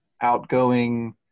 outgoing